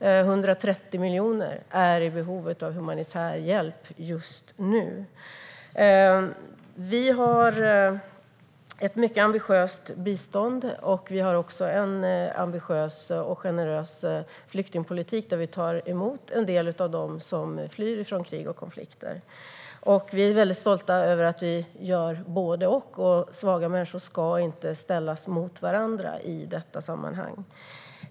130 miljoner är just nu i behov av humanitär hjälp. Vi har ett mycket ambitiöst bistånd. Vi har också en ambitiös och generös flyktingpolitik och tar emot en del av dem som flyr från krig och konflikter. Vi är stolta över att vi gör både och. Svaga människor ska inte ställas mot varandra i detta sammanhang.